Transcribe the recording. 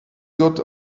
got